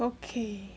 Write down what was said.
okay